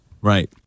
right